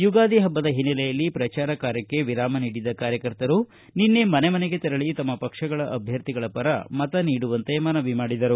ಯುಗಾದಿ ಹಬ್ಬದ ಹಿನ್ನಲೆಯಲ್ಲಿ ಪ್ರಚಾರ ಕಾರ್ಚಕ್ಕೆ ವಿರಾಮ ನೀಡಿದ್ದ ಕಾರ್ಚಕರ್ತರು ನಿನ್ನೆ ಮನೆ ಮನೆ ತೆರಳಿ ತಮ್ನ ಪಕ್ಷಗಳ ಅಭ್ಯರ್ಥಿಗಳ ಪರ ಮತ ನೀಡುವಂತೆ ಮನವಿ ಮಾಡಿದರು